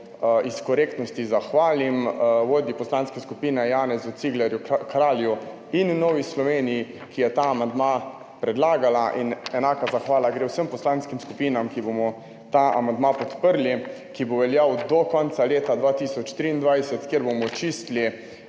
iz korektnosti zahvalim vodji poslanske skupine Janezu Ciglerju Kralju in v Novi Sloveniji, ki je ta amandma predlagala in enaka zahvala gre vsem poslanskim skupinam, ki bomo ta amandma podprli, ki bo veljal do konca leta 2023, kjer bomo čistili